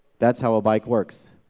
that's how a bike works.